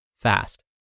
fast